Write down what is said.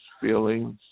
feelings